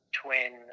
twin